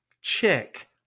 Check